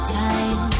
time